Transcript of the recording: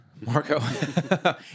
Marco